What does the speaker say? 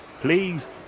Please